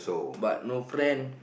but no friend